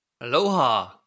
Aloha